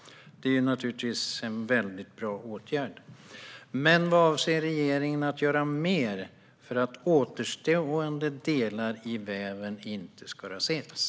Det är naturligtvis en väldigt bra åtgärd. Men vad avser regeringen att göra mer för att återstående delar i väven inte ska raseras?